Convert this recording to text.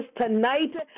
tonight